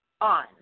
on